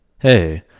Hey